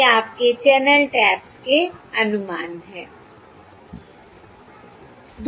ये आपके चैनल टैप्स के अनुमान हैं